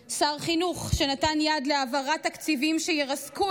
שר חינוך שנתן יד להעברת תקציבים שירסקו את